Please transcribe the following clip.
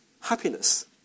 happiness